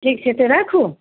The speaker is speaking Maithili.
ठीक छै तऽ राखू